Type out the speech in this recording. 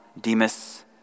Demas